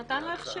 הוא נתן לו הכשר.